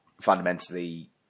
fundamentally